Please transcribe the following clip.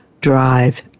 drive